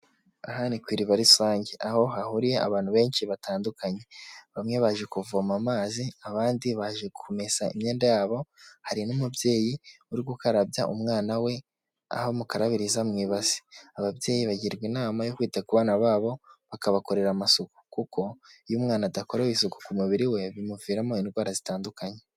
Aha ni ku iriba rusange, aho hahuriye abantu benshi batandukanye, bamwe baje kuvoma amazi, abandi baje kumesa imyenda yabo, hari n'umubyeyi uri gukarabya umwana we, aho mukarabiriza mu ibase, ababyeyi bagirwa inama yo kwita ku bana babo bakabakorera amasuku, kuko iyo umwana adakorewe isuku ku mubiri we bimuviramo indwara zitandukanye.